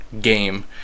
game